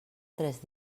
tres